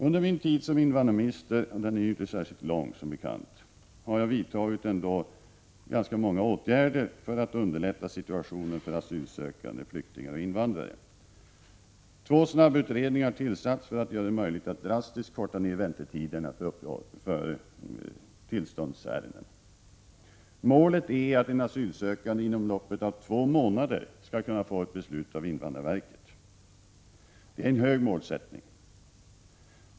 Under min tid som invandrarminister —- och den är ju som bekant inte särskilt lång — har jag ändå vidtagit ganska många åtgärder för att underlätta situationen för asylsökande flyktingar och invandrare. Två snabbutredningar har tillsatts för att göra det möjligt att drastiskt korta ner väntetiderna för tillståndsärenden. Målet är att den asylsökande inom loppet av två månader skall kunna få ett beslut från invandrarverket. Det är en hög målsättning.